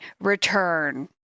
return